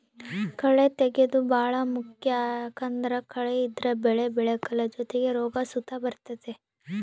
ಕಳೇ ತೆಗ್ಯೇದು ಬಾಳ ಮುಖ್ಯ ಯಾಕಂದ್ದರ ಕಳೆ ಇದ್ರ ಬೆಳೆ ಬೆಳೆಕಲ್ಲ ಜೊತಿಗೆ ರೋಗ ಸುತ ಬರ್ತತೆ